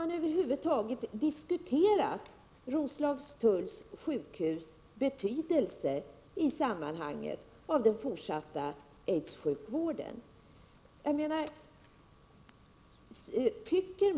Jag undrar om Roslagstulls sjukhus betydelse för den fortsatta aidssjukvården över huvud taget har diskuterats.